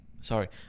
Sorry